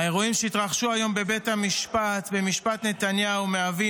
האירועים שהתרחשו היום בבית המשפט במשפט נתניהו מהווים